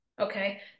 okay